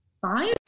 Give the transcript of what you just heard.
Five